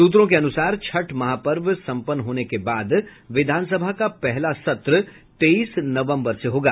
सूत्रों के अनुसार छठ महापर्व सम्पन्न होने के बाद विधानसभा का पहला सत्र तेईस नवम्बर से होगा